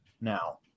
now